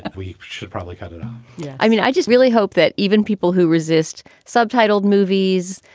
and we should probably cut it i mean, i just really hope that even people who resist subtitled movies,